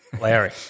Larry